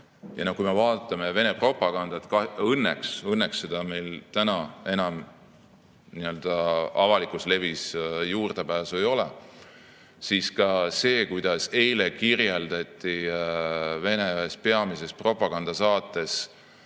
Kui me vaatame Vene propagandat – õnneks sellele meil täna enam avalikus levis juurdepääsu ei ole –, siis näiteks ka see, kuidas eile kirjeldati Vene ühes peamises propagandasaates